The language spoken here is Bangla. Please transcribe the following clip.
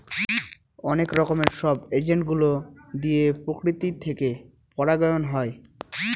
অনেক রকমের সব এজেন্ট গুলো দিয়ে প্রকৃতি থেকে পরাগায়ন হয়